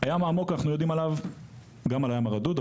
על הים העמוק אנחנו יודעים גם על הים הרדוד,